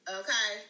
okay